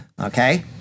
okay